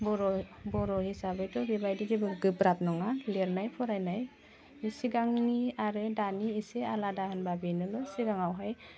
बर' बर' हिसाबैथ' बेबायदि जेबो गोब्राब नङा लिरनाय फरायनाय बे सिगांनि आरो दानि एसे आलादा होनबा बेनोल' सिगाङावहाय